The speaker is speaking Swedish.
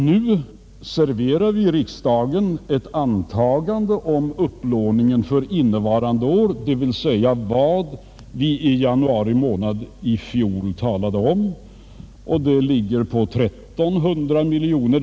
Nu serveras riksdagen ett antagande att upplåningen för innevarande budgetår — dvs. vad vi i januari månad i fjol talade om — ligger på 1300 miljoner kronor.